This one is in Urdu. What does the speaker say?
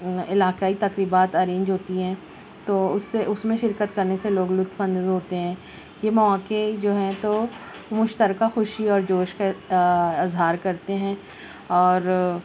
علاقائی تقریبات ارینج ہوتی ہیں تو اس سے اس میں شرکت کرنے سے لوگ لطف اندوز ہوتے ہیں یہ مواقع جو ہیں تو مشترکہ خوشی اور جوش کا اظہار کرتے ہیں اور